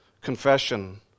Confession